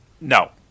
No